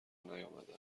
نیامده